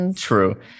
True